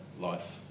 life